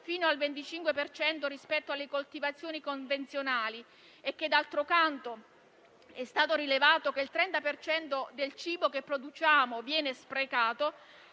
fino al 25 per cento rispetto alle coltivazioni convenzionali e che, d'altro canto, è stato rilevato che il 30 per cento del cibo che produciamo viene sprecato,